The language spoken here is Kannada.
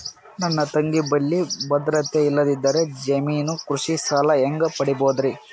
ನನ್ನ ತಂಗಿ ಬಲ್ಲಿ ಭದ್ರತೆ ಇಲ್ಲದಿದ್ದರ, ಜಾಮೀನು ಕೃಷಿ ಸಾಲ ಹೆಂಗ ಪಡಿಬೋದರಿ?